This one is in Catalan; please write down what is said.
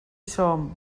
som